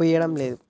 పూయడంలేదు